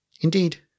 Indeed